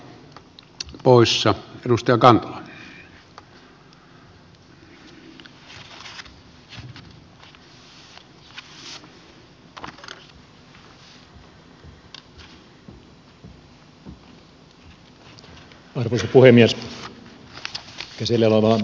käsillä olevalla lakiesityksellä on pitkä historia